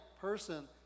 person